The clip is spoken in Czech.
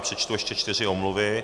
Přečtu ještě čtyři omluvy.